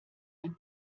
ein